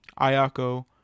Ayako